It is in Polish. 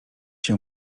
się